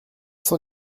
cent